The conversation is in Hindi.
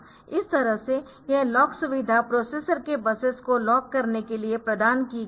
इस तरह से यह लॉक सुविधा प्रोसेसर के बसेस को लॉक करने के लिए प्रदान की गई है